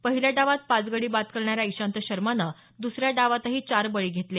पहिल्या डावात पाच गडी बाद करणाऱ्या इशांत शर्मानं दसऱ्या डावातही चार बळी घेतले